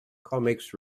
comics